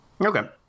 Okay